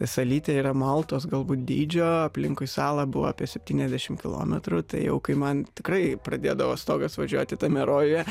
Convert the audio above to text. salytė yra maltos galbūt dydžio aplinkui salą buvo apie septyniasdešimt kilometrų tai jau kai man tikrai pradėdavo stogas važiuoti tame rojuje